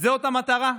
זאת המטרה?